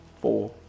four